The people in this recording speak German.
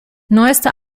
neueste